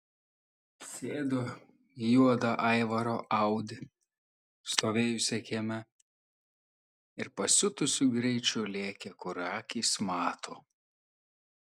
sėdo į juodą aivaro audi stovėjusią kieme ir pasiutusiu greičiu lėkė kur akys mato